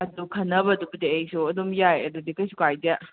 ꯑꯗꯨ ꯈꯟꯅꯕꯗꯨꯕꯨꯗꯤ ꯑꯩꯁꯨ ꯑꯗꯨꯝ ꯌꯥꯏ ꯑꯗꯨꯗꯤ ꯀꯩꯁꯨ ꯀꯥꯏꯗꯦ